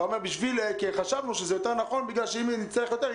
אתה אומר כי חשבנו שזה יותר נכון בגלל שאם נצטרך יותר,